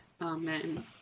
Amen